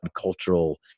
cultural